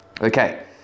Okay